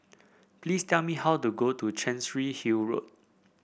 please tell me how to go to Chancery Hill Road